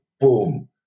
boom